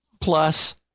plus